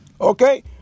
Okay